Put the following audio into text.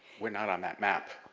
we're not on that map.